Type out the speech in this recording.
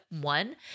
one